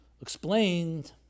explained